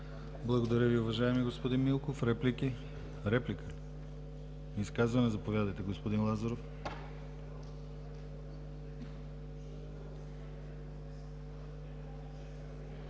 Благодаря Ви, уважаеми господин Милков. Реплики? Няма. Изказвания? Заповядайте, господин Лазаров.